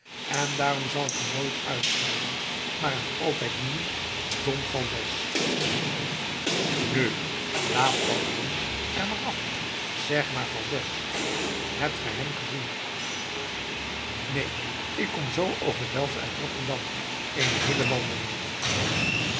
en daarom zal ik hem nooit uitschelden maar hem altijd noemen don valdez nu laat dat don er maar af zeg maar valdez hebt gij hem gezien neen ik kom zoo over delft uit rotterdam eene heele wandeling